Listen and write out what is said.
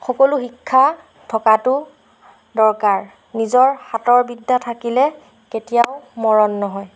সকলো শিক্ষা থকাটো দৰকাৰ নিজৰ হাতৰ বিদ্যা থাকিলে কেতিয়াও মৰণ নহয়